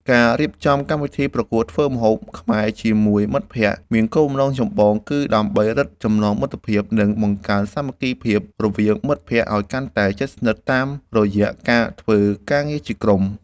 ការរៀបចំកម្មវិធីប្រកួតធ្វើម្ហូបខ្មែរជាមួយមិត្តភក្តិ មានគោលបំណងចម្បងគឺដើម្បីរឹតចំណងមិត្តភាព និងបង្កើនសាមគ្គីភាពរវាងមិត្តភក្តិឱ្យកាន់តែជិតស្និទ្ធតាមរយៈការធ្វើការងារជាក្រុម។